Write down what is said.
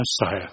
Messiah